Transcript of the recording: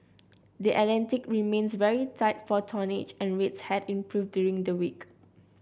the Atlantic remains very tight for tonnage and rates have improved during the week